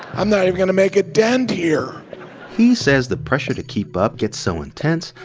i'm not even going to make a dent here he says the pressure to keep up gets so intense,